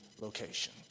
location